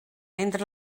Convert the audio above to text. entre